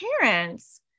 parents